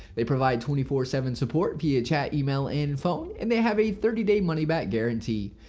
they provide twenty four seven support via chat, email, and phone. and they have a thirty day money back guarantee.